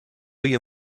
you